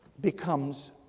becomes